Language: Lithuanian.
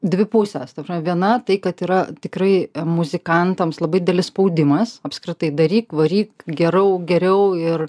dvi pusės ta pram viena tai kad yra tikrai muzikantams labai didelis spaudimas apskritai daryk varyk gerau geriau ir